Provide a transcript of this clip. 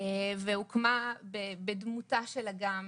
אמדוקס והוקמה בדמותה של אגם,